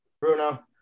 Bruno